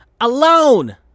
alone